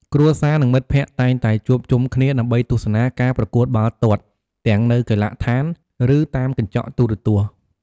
គ្រួសារ និងមិត្តភក្តិតែងតែជួបជុំគ្នាដើម្បីទស្សនាការប្រកួតបាល់ទាត់ទាំងនៅកីឡដ្ឋាន ឬតាមកញ្ចក់ទូរទស្សន៍។